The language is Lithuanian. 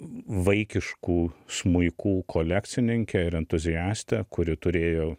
vaikiškų smuikų kolekcininkę ir entuziastę kuri turėjo